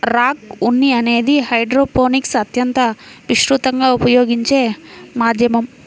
rock ఉన్ని అనేది హైడ్రోపోనిక్స్లో అత్యంత విస్తృతంగా ఉపయోగించే మాధ్యమం